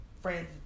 friends